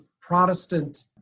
Protestant